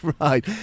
right